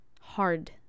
hard